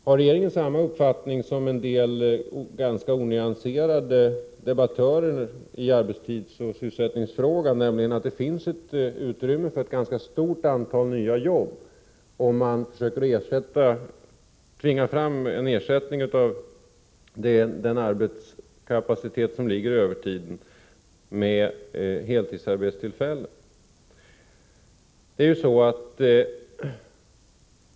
Har regeringen samma uppfattning som en del ganska onyanserade debattörer i arbetstidsoch sysselsättningsfrågan, nämligen att det finns ett utrymme för ett ganska stort antal nya jobb, om man försöker tvinga fram en ersättning av den arbetskapacitet som ligger i övertiden med heltidsarbetstillfällen?